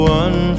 one